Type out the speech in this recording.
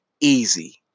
easy